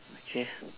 okay